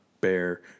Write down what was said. bear